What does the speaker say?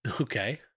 Okay